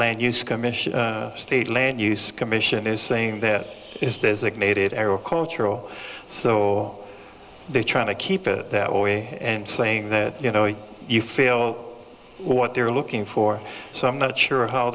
land use commission state land use commission is saying that is designated area cultural so they try to keep it that way and saying that you know you feel what they're looking for so i'm not sure how